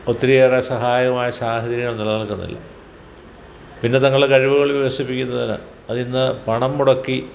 ഒത്തിരിയേറെ സഹായകമായ സാഹചര്യങ്ങൾ നിലനിൽക്കുന്നില്ല പിന്നെ തങ്ങളുടെ കഴിവുകള് വികസിപ്പിക്കുന്നതിന് അതിന്നു പണം മുടക്കി